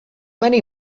many